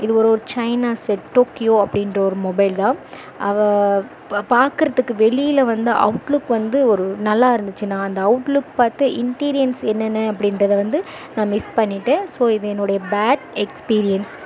இது ஒரு China set Tokyo அப்படின்ற ஒரு மொபைல் தான் அவ பா பார்க்குறதுக்கு வெளியில் வந்து அவுட் லுக் வந்து ஒரு நல்லா இருந்திச்சு நான் அந்த அவுட் லுக் பார்த்து இன்டீரியரன்ஸ் என்னென்ன அப்படின்றத வந்து நான் மிஸ் பண்ணிவிட்டேன் ஸோ இது என்னுடைய பேட் எக்ஸ்பீரியன்ஸ்